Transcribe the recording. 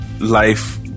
life